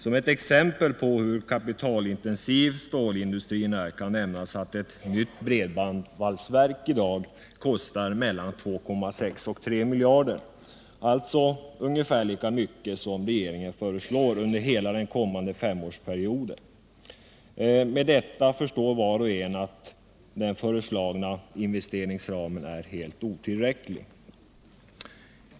Som ett exempel på hur kapitalintensiv stålindustrin är kan nämnas att ett nytt bredbandvalsverk i dag kostar mellan 2,6 och 3 miljarder, alltså ungefär lika mycket som regeringen föreslår under hela den kommande femårsperioden. Av detta exempel förstår var och en att den föreslagna investeringsramen är helt otillräcklig.